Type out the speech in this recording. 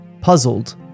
puzzled